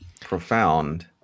profound